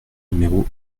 numéro